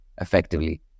effectively